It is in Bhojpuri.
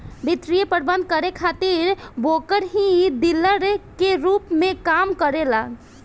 वित्तीय प्रबंधन करे खातिर ब्रोकर ही डीलर के रूप में काम करेलन